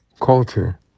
culture